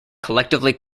collectively